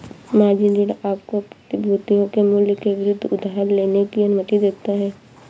margin ऋण आपको प्रतिभूतियों के मूल्य के विरुद्ध उधार लेने की अनुमति देता है